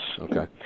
Okay